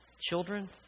Children